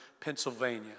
Pennsylvania